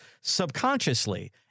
subconsciously